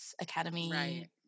academy